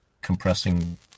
compressing